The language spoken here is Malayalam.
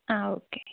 ആ ഓക്കേ